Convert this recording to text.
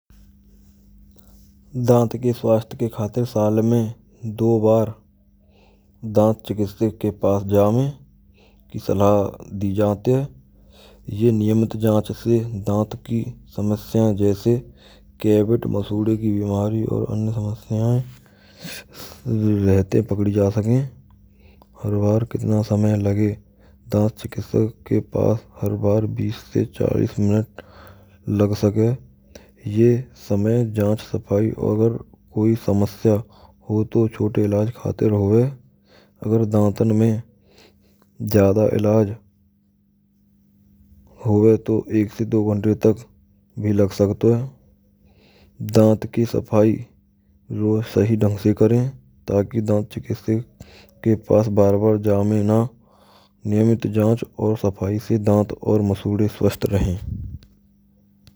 Dant ke svaasthy ke khaatir saal mein do baar dant chikitsak ke paas jaave. Ki salaah dee jaavte hay. Yeh niyamit jaanch se dant kee samasyaen jaise. Kevat masoode kee bimari aur anya samasyaye samay rahate pakadee ja sake. Har baar kitana samay lage. Dant chikitsak ke paas har baar bees se chaalis minute lag sake. Ye samay jaanch safaee aur koee samasya ho to chhote ilaaj khaater hove. Agar daantan mein jyaada ilaaj hyoo to ek se do ghante tak bhee lag sakato hay. Daant kee saphaee roj sahi dhang se kare. Chikitsakon ke paas baar-baar jaamee na. Aur niyamat jaanch aur saphaee se daant aur masoode svasth rahen.